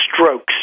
strokes